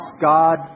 God